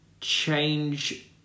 change